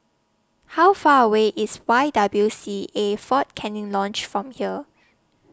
How Far away IS Y W C A Fort Canning Lodge from here